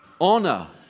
Honor